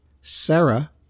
Sarah